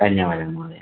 धन्यवादः महोदय